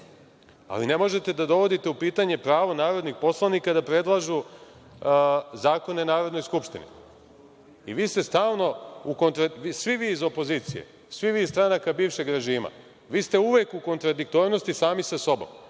Ne možete da dovodite u pitanje pravo narodnih poslanika da predlažu zakone Narodnoj skupštini. Svi vi iz opozicije, svi vi iz stranaka bivšeg režima ste uvek u kontradiktornosti sami sa sobom.